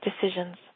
decisions